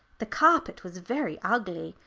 the carpet was very ugly,